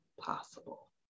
possible